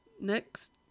Next